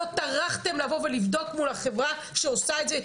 לא טרחתם לבוא ולבדוק מול החברה שעושה את זה,